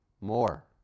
more